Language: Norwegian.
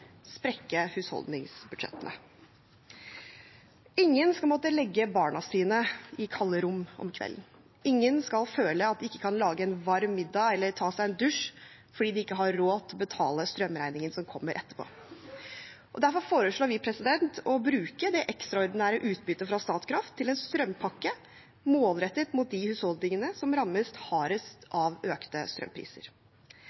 sprekke husholdningsbudsjettene. Ingen skal måtte legge barna sine i kalde rom om kvelden, og ingen skal føle at de ikke kan lage en varm middag eller ta seg en dusj fordi de ikke har råd til å betale strømregningen som kommer etterpå. Derfor foreslår vi å bruke det ekstraordinære utbyttet fra Statkraft til en strømpakke målrettet mot de husholdningene som rammes hardest